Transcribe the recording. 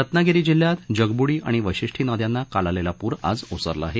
रत्नागिरी जिल्ह्यात जगबुडी आणि वाशिष्ठी नद्यांना काल आलेला पूर आज ओसरला आहे